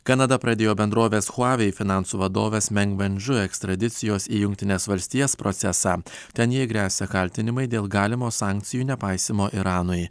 kanada pradėjo bendrovės huawei finansų vadovės meng ven žu ekstradicijos į jungtines valstijas procesą ten jai gresia kaltinimai dėl galimo sankcijų nepaisymo iranui